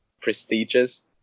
prestigious